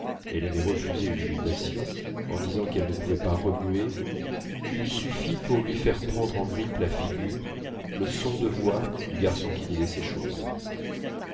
elle avait refusé une invitation en disant qu'elle ne pouvait pas remuer eût suffi pour lui faire prendre en grippe la figure le son de la voix du garçon qui disait ces choses